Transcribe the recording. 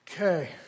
Okay